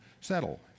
settle